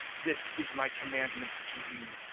this is my commandment to you,